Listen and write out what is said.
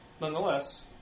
Nonetheless